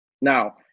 Now